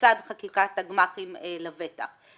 לצד חקיקת הגמ"חים לבטח.